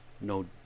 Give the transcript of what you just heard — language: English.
no